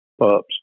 pups